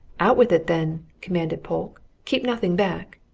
out with it, then! commanded polke. keep nothing back.